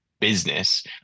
Business